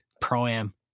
pro-am